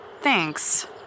thanks